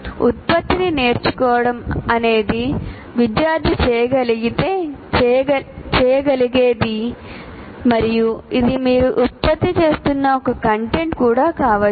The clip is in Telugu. ఉత్పత్తిని నేర్చుకోవడం అనేది విద్యార్థి చేయగలిగేది మరియు ఇది మీరు ఉత్పత్తి చేస్తున్న కొంత కంటెంట్ కూడా కావచ్చు